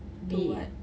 to what